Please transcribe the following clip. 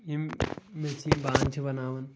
یِم میٚژِ ہِنٛدۍ بانہٕ چھِ وناوان